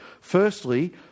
firstly